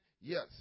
Yes